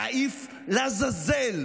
להעיף לעזאזל